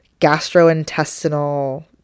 gastrointestinal